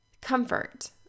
comfort